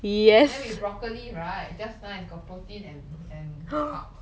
then with broccoli right just nice got got protein and and carbs